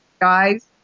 guys